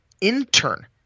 intern